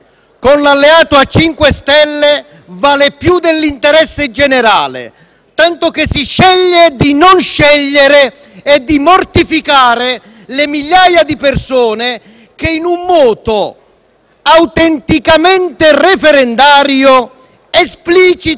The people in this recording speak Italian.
con l'alleato a 5 Stelle vale più dell'interesse generale, tanto che si sceglie di non scegliere e di mortificare le migliaia di persone che in un moto autenticamente referendario, esplicito ed